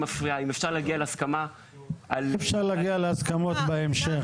מפריעה אם אפשר להגיע להסכמה על --- אפשר להגיע להסכמות בהמשך.